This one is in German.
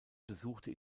besuchte